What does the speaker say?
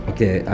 Okay